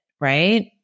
Right